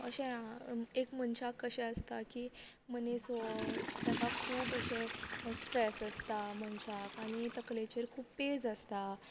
अशें एक मनश्याक कशें आसता की मनीस हो ताका खूब अशे स्ट्रेस आसता मनश्याक आनी तकलेचेर खूब पेज आसता